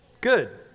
Good